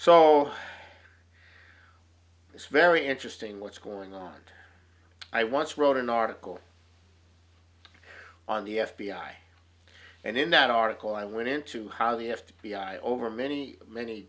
so it's very interesting what's going on i once wrote an article on the f b i and in that article i went into how the f b i over many many